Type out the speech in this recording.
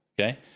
Okay